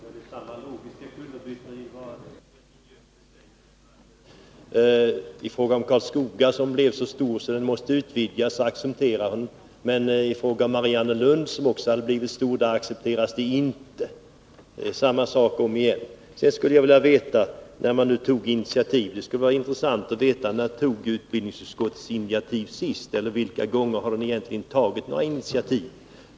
Herr talman! Det är samma logiska kullerbytta i vad Kerstin Göthberg säger. I fråga om Karlskoga folkhögskola, som blev så stor att den måste utvidgas, accepterar man men i fråga om Mariannelunds folkhögskola, som också blivit stor, accepteras det inte. Eftersom utskottet helt avvek från propositionen, tycker jag att det skulle vara intressant att veta när utbildningsutskottet senast tog ett sådant initiativ.